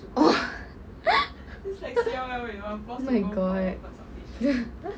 oh oh my god